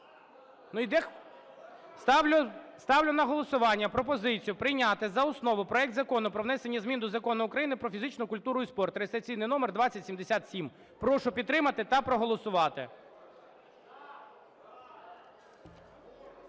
Ставлю на голосування пропозицію прийняти за основу проект Закону про внесення змін до Закону України "Про фізичну культуру і спорт" (реєстраційний номер 2077). Прошу підтримати та проголосувати.